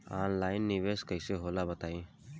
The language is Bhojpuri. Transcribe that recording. ऑनलाइन निवेस कइसे होला बताईं?